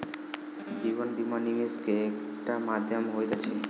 जीवन बीमा, निवेश के एकटा माध्यम होइत अछि